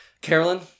Carolyn